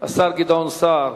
גדעון שר.